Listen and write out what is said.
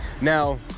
Now